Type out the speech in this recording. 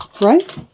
Right